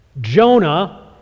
Jonah